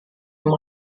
vom